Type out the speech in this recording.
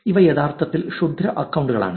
ഇവ യഥാർത്ഥത്തിൽ ക്ഷുദ്ര അക്കൌണ്ടുകളാണ്